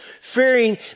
fearing